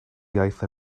iaith